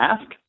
ask